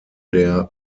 der